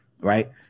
Right